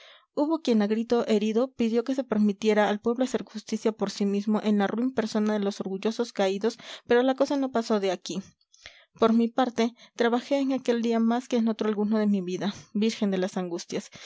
hubo quien a grito herido pidió que se permitiera al pueblo hacer justicia por sí mismo en la ruin persona de los orgullosos caídos pero la cosa no pasó de aquí por mi parte trabajé en aquel día más que en otro alguno de mi vida virgen de las angustias